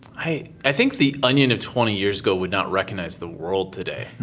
i i think the onion of twenty years ago would not recognize the world today.